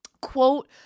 quote